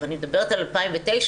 ואני מדברת על 2009,